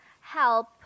help